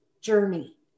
journey